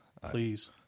Please